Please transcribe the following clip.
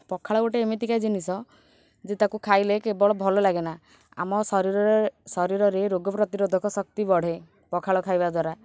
ପଖାଳ ଗୋଟେ ଏମିତିକା ଜିନିଷ ଯେ ତାକୁ ଖାଇଲେ କେବଳ ଭଲ ଲାଗେନା ଆମ ଶରୀର ଶରୀରରେ ରୋଗ ପ୍ରତିରୋଧକ ଶକ୍ତି ବଢ଼େ ପଖାଳ ଖାଇବା ଦ୍ୱାରା